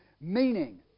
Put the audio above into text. Meaning